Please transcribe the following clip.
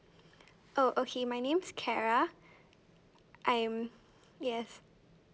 oh okay my name is clara I'm yes